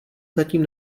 zatím